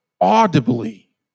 audibly